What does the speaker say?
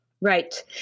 Right